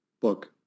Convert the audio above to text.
book